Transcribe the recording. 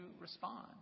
respond